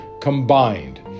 combined